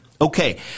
okay